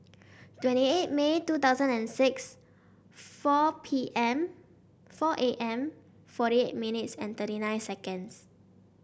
twenty eight May two thousand and six four P M four A M forty eight thirty nine